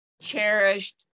cherished